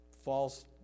false